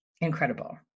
Incredible